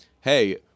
hey